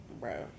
bro